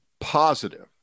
positive